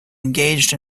engaged